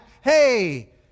Hey